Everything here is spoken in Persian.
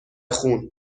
خون